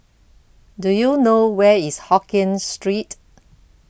Do YOU know Where IS Hokkien Street